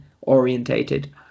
Orientated